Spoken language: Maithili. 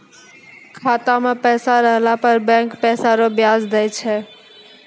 खाता मे पैसा रहला पर बैंक पैसा रो ब्याज दैय छै